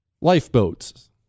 Lifeboats